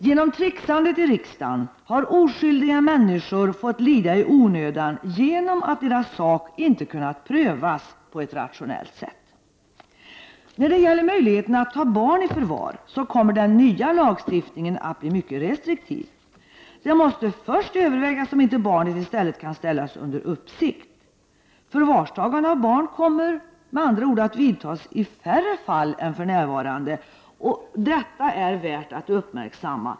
Genom trixandet i riksdagen har oskyldiga människor fått lida i onödan på grund av att deras sak inte har kunnat prövas på ett rationellt sätt. När det gäller möjligheten att ta barn i förvar kommer den nya lagstiftningen att bli mycket restriktiv. Det måste först övervägas om inte barnet i stället kan ställas under uppsikt. Förvarstagande av barn kommer med andra ord att ske i färre fall än för närvarande, något som är värt att uppmärksammas.